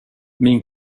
min